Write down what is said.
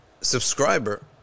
subscriber